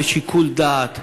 בשיקול דעת,